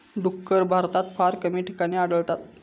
डुक्कर भारतात फार कमी ठिकाणी आढळतत